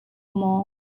maw